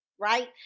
Right